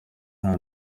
nta